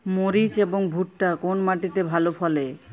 মরিচ এবং ভুট্টা কোন মাটি তে ভালো ফলে?